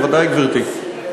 בוודאי, גברתי.